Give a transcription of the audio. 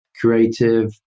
creative